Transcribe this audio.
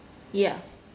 ya